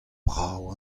brav